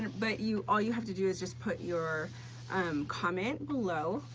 but you all you have to do is just put your um comment below,